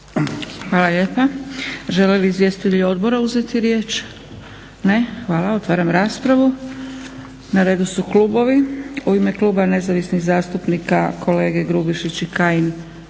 Hvala lijepa. Želi li izvjestitelj odbora uzeti riječ? Ne. Hvala. Otvaram raspravu. Na redu su klubovi. U ime Kluba Nezavisnih zastupnika kolege Grubišić i Kajin,